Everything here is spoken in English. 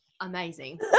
amazing